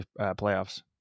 playoffs